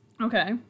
Okay